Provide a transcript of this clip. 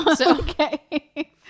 Okay